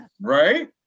right